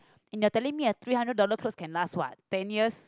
and you telling me a three hundred dollars clothes can last what ten years